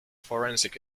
forensic